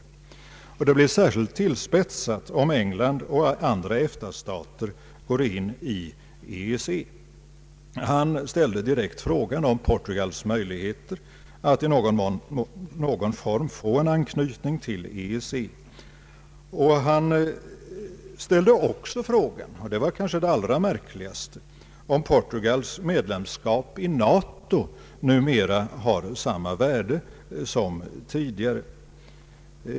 Detta problem blir särskilt tillspetsat om England och andra EFTA-stater går in i EEC. Han ställde direkt frågan om Portugals möjligheter att i någon form få en anknytning till EEC. Han ställde också frågan — och det var kanske det allra märkligaste — om Portugals medlemskap i NATO numera har samma värde som tidigare.